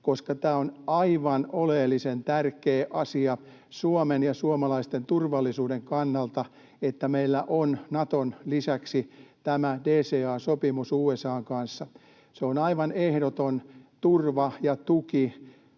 koska tämä on aivan oleellisen tärkeä asia Suomen ja suomalaisten turvallisuuden kannalta, että meillä on Naton lisäksi tämä DCA-sopimus USA:n kanssa. Se on aivan ehdoton turva ja tuki,